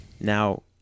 Now